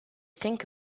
think